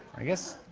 i guess.